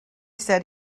said